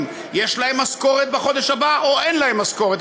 אם יש להם משכורת בחודש הבא או אין להם משכורת.